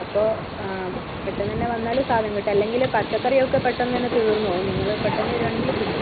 അപ്പോൾ പെട്ടെന്ന് തന്നെ വന്നാൽ സാധനം കിട്ടും അല്ലെങ്കിൽ പച്ചക്കറിയൊക്കെ പെട്ടെന്ന് തന്നെ തീർന്ന് പോകും നിങ്ങൾ പെട്ടെന്ന് വരുവാണെങ്കിൽ കിട്ടും